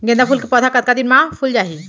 गेंदा फूल के पौधा कतका दिन मा फुल जाही?